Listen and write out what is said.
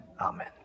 Amen